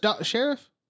sheriff